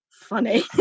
funny